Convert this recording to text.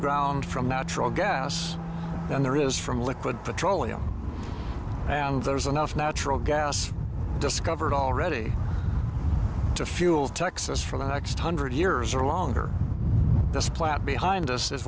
ground from natural gas than there is from liquid petroleum and there's enough natural gas discovered already to fuel texas for the next hundred years or longer this plant behind us is